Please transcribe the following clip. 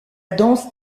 danse